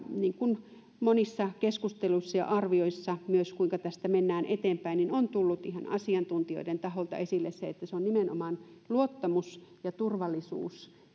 niin kuin monissa keskustelussa ja myös arvioissa siitä kuinka tästä mennään eteenpäin on tullut ihan asiantuntijoiden taholta esille se että se on nimenomaan luottamus ja turvallisuus